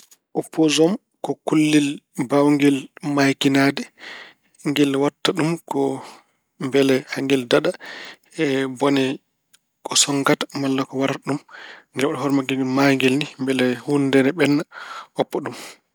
Oppoosom ko kullel mbaawngel maayikinaade. Ngel waɗta ko mbele angel daɗa e bone ko sonngata malla ko warata ɗum. Ngel waɗa hoore mangel hono no maayngel ni mbele huunde ina ɓenna, oppa ɗum.